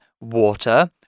water